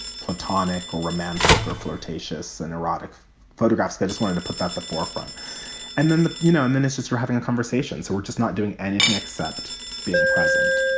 platonic or romantic or flirtatious and erotic photographs. i just wanted to put that at the forefront and then, you know, and then it's just for having a conversation. so we're just not doing anything except being present